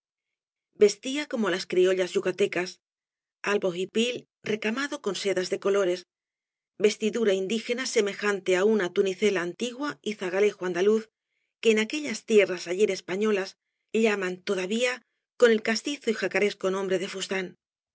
tía como las criollas yucatecas albo hipil recamado con sedas de colores vestidura indígena semejante á una tunicela antigua y zagalejo andaluz que en aquellas tierras ayer españolas llaman todavía con el castizo y jacaresco nombre de fustán